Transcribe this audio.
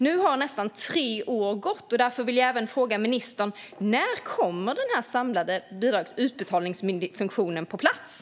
Nu har nästan tre år gått, och därför vill jag fråga ministern: När kommer den samlade utbetalningsfunktionen på plats?